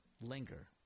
linger